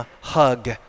hug